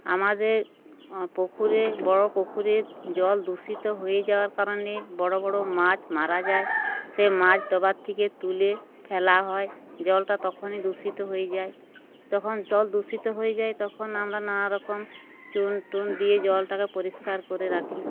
আমাদের পুকুরে বড়ো পুকুরে জল দূষিত হয়ে যাওয়ার কারণে বড়ো বড়ো মাছ মারা যায় সে মাছ ডবার থেকে তুলে ফেলা হয় জলটা তখনই দূষিত হয়ে যায় যখন জল দূষিত হয়ে যায় তখন আমরা নানারকম চুন টুন দিয়ে জলটাকে পরিষ্কার করে রাখি